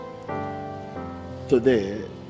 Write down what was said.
today